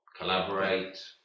collaborate